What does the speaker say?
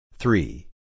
Three